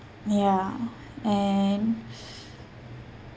ya and